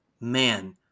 man